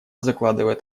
закладывает